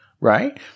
right